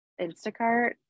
Instacart